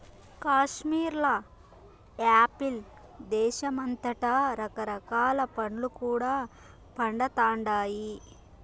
కాశ్మీర్ల యాపిల్ దేశమంతటా రకరకాల పండ్లు కూడా పండతండాయి